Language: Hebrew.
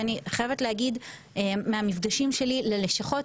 ואני חייבת להגיד מהמפגשים שלי ללשכות,